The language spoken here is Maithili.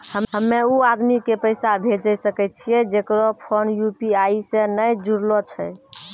हम्मय उ आदमी के पैसा भेजै सकय छियै जेकरो फोन यु.पी.आई से नैय जूरलो छै?